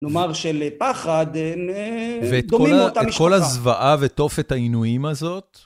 נאמר שלפחד, דומים אותה משפחה. ואת כל הזוועה ואת אופת העינויים הזאת?